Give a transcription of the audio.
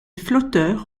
flotteurs